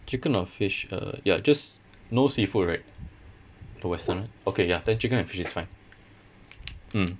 chicken or fish uh ya just no seafood right the western [one] okay ya then chicken and fish is fine mm